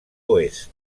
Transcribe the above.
oest